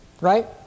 Right